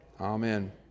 Amen